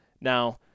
Now